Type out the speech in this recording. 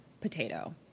potato